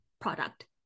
product